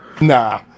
Nah